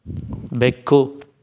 ಬೆಕ್ಕು